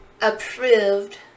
approved